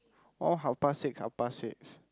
all half past six half past six